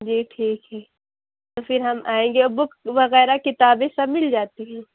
جی ٹھیک ہے تو پھر ہم آئیں گے اور بک وغیرہ کتابیں سب مل جاتی ہیں